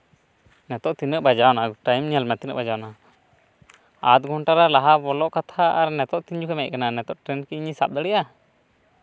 ᱱᱤᱛᱚᱜ ᱛᱤᱱᱟᱹᱜ ᱵᱟᱡᱟᱣᱮᱱᱟ ᱴᱟᱭᱤᱢ ᱧᱮᱞ ᱢᱮ ᱛᱤᱱᱟᱹᱜ ᱵᱟᱡᱟᱣᱮᱱᱟ ᱟᱫᱷᱜᱷᱚᱱᱴᱟ ᱨᱮ ᱞᱟᱦᱟ ᱵᱚᱞᱚ ᱠᱟᱛᱷᱟ ᱟᱨ ᱱᱤᱛᱚᱜ ᱛᱤᱱ ᱡᱚᱠᱷᱚᱮᱡ ᱮᱢ ᱦᱮᱡ ᱟᱠᱟᱱᱟ ᱱᱤᱛᱚᱜ ᱴᱨᱮᱱ ᱠᱤ ᱤᱧᱤᱧ ᱥᱟᱵ ᱫᱟᱲᱮᱭᱟᱜᱼᱟ